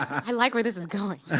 i like where this is going.